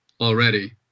already